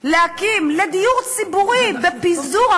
שמתעתדים להקים, לדיור ציבורי, בפיזור.